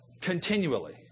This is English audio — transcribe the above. continually